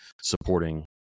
supporting